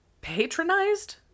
patronized